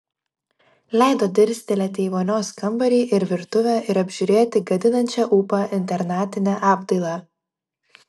leido dirstelėti į vonios kambarį ir virtuvę ir apžiūrėti gadinančią ūpą internatinę apdailą